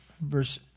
verse